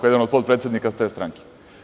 Jedan od potpredsednika te stranke.